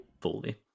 fully